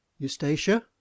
Eustacia